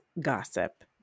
gossip